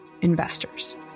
investors